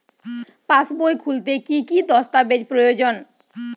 পাসবই খুলতে কি কি দস্তাবেজ প্রয়োজন?